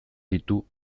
ditu